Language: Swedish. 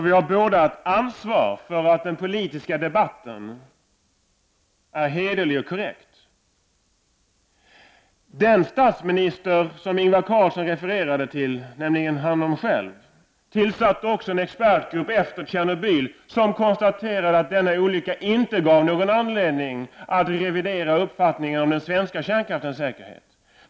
Vi har båda ett ansvar för att den politiska debatten är hederlig och korrekt. Den statsminister som Ingvar Carlsson refererade till, nämligen han själv, tillsatte också en expertgrupp efter Tjernobylolyckan. Den gruppen konstaterade att olyckan inte gav någon anledning att revidera uppfattningen om den svenska kärnkraftens säkerhet.